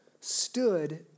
stood